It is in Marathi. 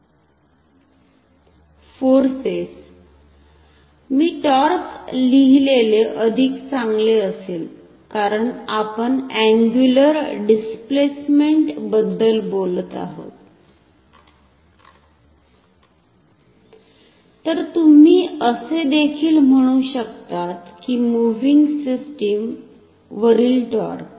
फोर्सेस मी टॉर्क लिहिलेले अधिक चांगले असेल कारण आपण अंगुलर डिस्प्लेसमेंट बद्दल बोलत आहोत तर तुम्ही असे देखील म्हणू शकतात की मुव्हिंग सिस्टीम वरील टॉर्क